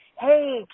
hey